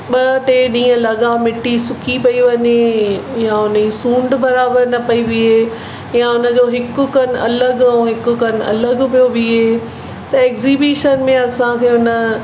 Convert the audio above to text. ॿ टे ॾींहं लॻा मिटी सुकी पई वञे या हुनजी सूंडु बराबरि न पई बिहे या हुनजो हिकु कनु अलॻि ऐं हिकु कनु अलॻि पियो बिहे त एग्ज़ीबीशन में असांखे हुन